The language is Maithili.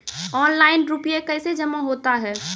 ऑनलाइन रुपये कैसे जमा होता हैं?